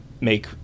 make